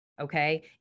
Okay